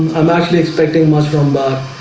i'm actually expecting much from